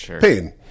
pain